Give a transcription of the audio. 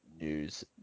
news